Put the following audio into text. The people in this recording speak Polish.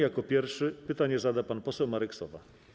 Jako pierwszy pytanie zada pan poseł Marek Sowa.